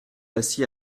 assis